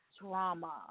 drama